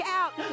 out